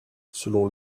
selon